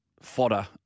fodder